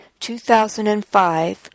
2005